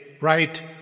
right